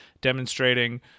demonstrating